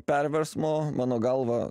perversmo mano galva